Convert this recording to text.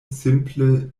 simple